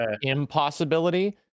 impossibility